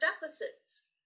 deficits